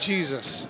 Jesus